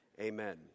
amen